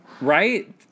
Right